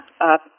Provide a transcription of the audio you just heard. up